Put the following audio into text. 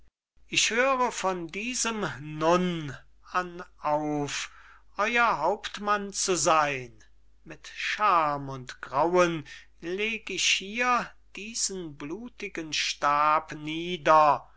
ich höre von diesem nun an auf euer hauptmann zu seyn mit schaam und grauen leg ich hier diesen blutigen stab nieder